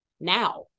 now